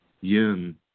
yin